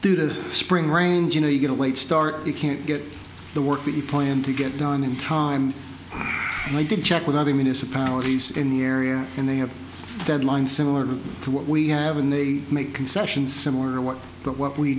to spring rains you know you get a wait start you can't get the work that you planned to get done in time and i did check with other municipalities in the area and they have deadlines similar to what we have and they make concessions similar to what but what we